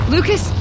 Lucas